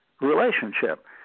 relationship